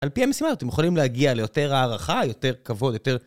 על פי המשימה הזאת, הם יכולים להגיע ליותר הערכה, יותר כבוד, יותר...